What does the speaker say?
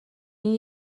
این